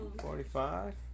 forty-five